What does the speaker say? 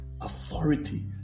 authority